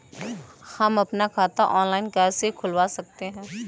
हम अपना खाता ऑनलाइन कैसे खुलवा सकते हैं?